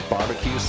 Barbecue